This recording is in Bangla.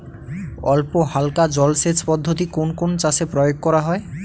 অল্পহালকা জলসেচ পদ্ধতি কোন কোন চাষে প্রয়োগ করা হয়?